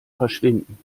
verschwinden